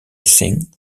sing